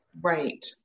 Right